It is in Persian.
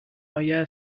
آیه